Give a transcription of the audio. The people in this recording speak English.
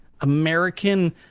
American